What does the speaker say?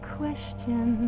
question